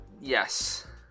yes